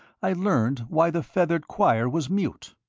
i learned why the feathered choir was mute.